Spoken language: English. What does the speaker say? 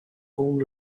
own